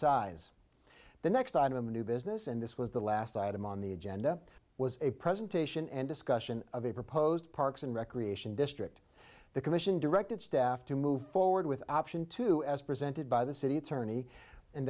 size the next time in the new business and this was the last item on the agenda was a presentation and discussion of a proposed parks and recreation district the commission directed staff to move forward with option two as presented by the city attorney and